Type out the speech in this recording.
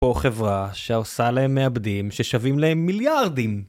פה חברה שעושה להם מעבדים ששווים להם מיליארדים